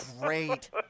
Great